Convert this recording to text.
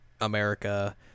america